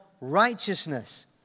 righteousness